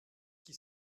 qui